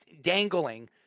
dangling